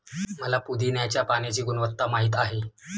मला पुदीन्याच्या पाण्याची गुणवत्ता माहित आहे